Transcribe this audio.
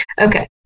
Okay